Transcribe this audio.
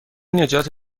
نجات